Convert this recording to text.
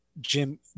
Jim